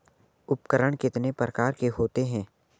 उपकरण कितने प्रकार के होते हैं?